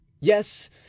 Yes